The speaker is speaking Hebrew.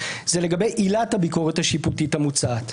היא לגבי עילת הביקורת השיפוטית המוצעת.